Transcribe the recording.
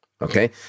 Okay